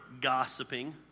gossiping